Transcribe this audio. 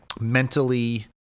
mentally